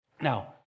Now